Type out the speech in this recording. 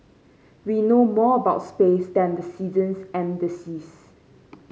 we know more about space than the seasons and the seas